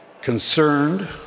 concerned